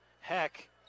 Heck